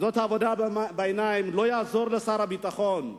לא יעזור לשר הביטחון,